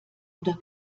oder